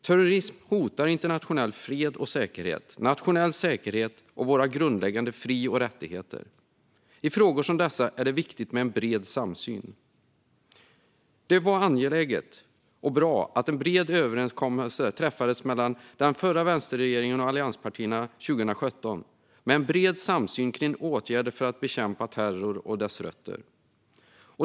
Terrorism hotar internationell fred och säkerhet, nationell säkerhet och våra grundläggande fri och rättigheter. I frågor som dessa är det viktigt med en bred samsyn. Det var angeläget och bra att en bred överenskommelse träffades 2017 mellan den förra vänsterregeringen och allianspartierna i bred samsyn om åtgärder för att bekämpa terror och dess rötter.